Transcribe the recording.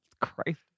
Christ